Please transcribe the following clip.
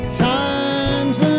time's